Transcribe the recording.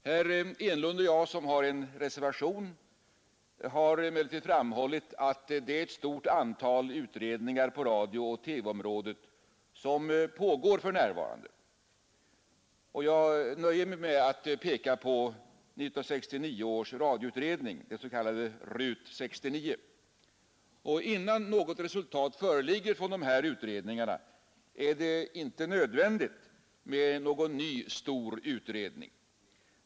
Herr Enlund och jag, som avgivit en reservation, har emellertid fram hållit att det för närvarande pågår ett stort antal utredningar på radiooch TV-området. Jag nöjer mig med att peka på 1969 års radioutredning, den s.k. RUT 69. Innan något resultat föreligger från dessa utredningar är det inte nödvändigt med någon ny stor utredning.